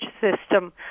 system